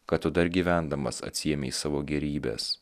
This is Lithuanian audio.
kad tu dar gyvendamas atsiėmei savo gėrybes